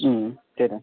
त्यही त